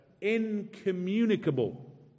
incommunicable